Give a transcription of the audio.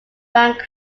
bank